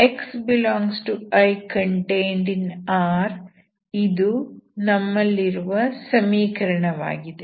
ypxyqxyfx x∈I R ಇದು ನಮ್ಮಲ್ಲಿರುವ ಸಮೀಕರಣವಾಗಿದೆ